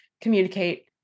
communicate